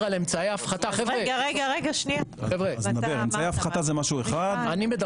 אמצעי הפחתה זה משהו אחד,